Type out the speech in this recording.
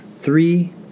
three